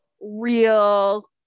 real